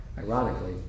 Ironically